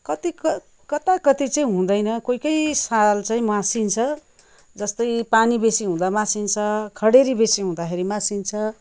कति कत कताकति चाहिँ हुँदैन कोही कोही साल चाहिँ मासिन्छ जस्तै पानी बेसी हुँदा मासिन्छ खडेरी बेसी हुँदाखेरि मासिन्छ